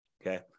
Okay